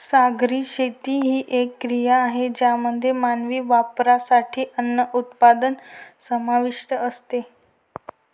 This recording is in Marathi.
सागरी शेती ही एक क्रिया आहे ज्यामध्ये मानवी वापरासाठी अन्न उत्पादन समाविष्ट असते